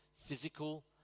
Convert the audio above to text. physical